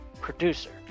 producer